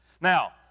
Now